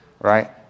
right